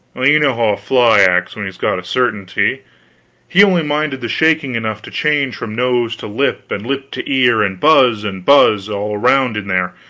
well, you know how a fly acts when he has got a certainty he only minded the shaking enough to change from nose to lip, and lip to ear, and buzz and buzz all around in there,